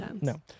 No